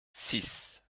six